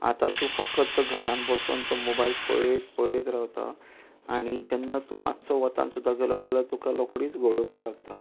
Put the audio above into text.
आतां तूं फकत घरान बसून तो मोबायल पळयत पळयत रावता आनी जेन्ना तूं मात्सो वतान सुद्दां गेलो जाल्या तुका रोकडीच घुंवळ येवपा लागता